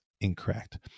incorrect